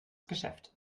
geschäft